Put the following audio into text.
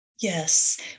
Yes